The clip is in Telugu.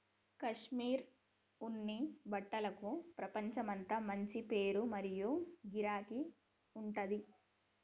కాశ్మీర్ ఉన్ని బట్టలకు ప్రపంచమంతా మంచి పేరు మరియు గిరాకీ ఉంటది